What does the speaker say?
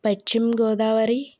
Paschima Godavari